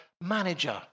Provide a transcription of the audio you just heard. manager